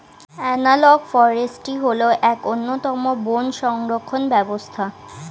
analogue forestry হল এক অন্যতম বন সংরক্ষণ ব্যবস্থা